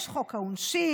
יש חוק העונשין,